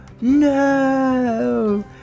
No